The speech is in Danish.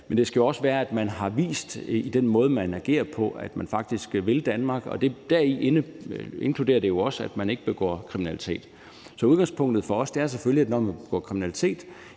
men det skal jo også være sådan, at man i den måde, man agerer på, har vist, at man faktisk vil Danmark, og deri er det jo også inkluderet, at man ikke begår kriminalitet. Så udgangspunktet for os er selvfølgelig, at når man begår kriminalitet,